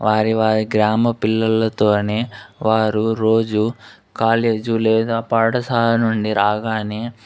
వారి వారి గ్రామ పిల్లలతోనే వారు రోజు కాలేజు లేదా పాఠశాల నుండి రాగానే